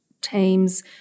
teams